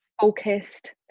focused